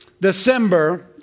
December